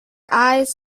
eyes